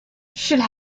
should